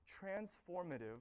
transformative